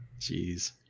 Jeez